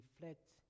reflect